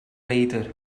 leidr